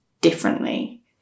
differently